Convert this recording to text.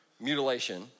mutilation